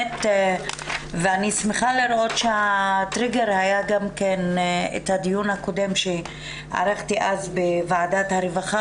אני שמחה לראות שהטריגר היה גם כן הדיון הקודם שערכתי אז בוועדת הרווחה